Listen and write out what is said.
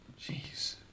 Jeez